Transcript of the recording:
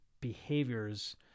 behaviors